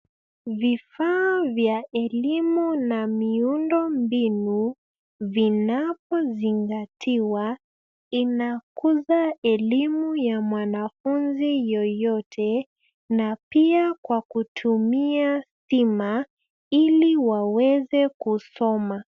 Vifaa vya elimu na miundo mbinu vinapozingatiwa inakuza elimu ya mwanafunzi yoyote na pia kwa kutumia stima ili waweze kusoma.